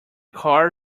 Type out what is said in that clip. car